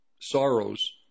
sorrows